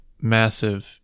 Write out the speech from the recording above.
massive